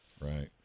Right